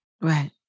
Right